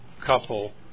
couple